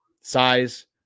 size